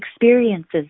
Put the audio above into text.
experiences